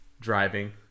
driving